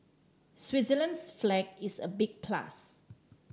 Switzerland's flag is a big plus